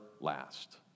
last